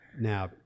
Now